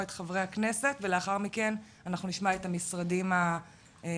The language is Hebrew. את חברי הכנסת ולאחר מכן אנחנו נשמע את המשרדים האמונים